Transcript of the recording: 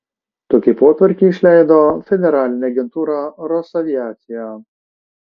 tokį potvarkį išleido federalinė agentūra rosaviacija